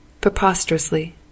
preposterously